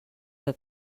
que